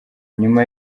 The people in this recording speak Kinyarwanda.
nyuma